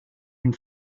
une